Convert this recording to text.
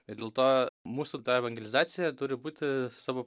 ir dėl to mūsų ta evangelizacija turi būti savo